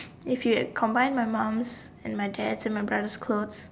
if you combine my mom's and my dad's and my brothers' clothes